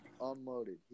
unloaded